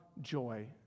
joy